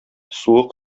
суык